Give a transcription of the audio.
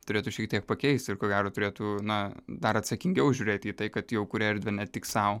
turėtų šiek tiek pakeisti ir ko gero turėtų na dar atsakingiau žiūrėti į tai kad jau kuri erdvę ne tik sau